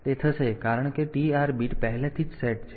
તેથી તે થશે કારણ કે TR બીટ પહેલેથી જ સેટ છે